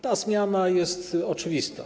Ta zmiana jest oczywista.